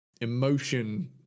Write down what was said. emotion